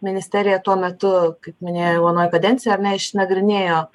ministerija tuo metu kaip minėjau anoj kadencijoj ar ne išnagrinėjo